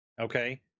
Okay